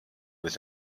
with